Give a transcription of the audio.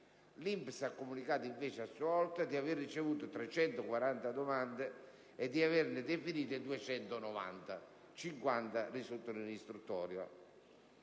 L'INPS ha comunicato invece a sua volta di aver ricevuto 340 domande e di averne definite 290 (50 risultano in istruttoria).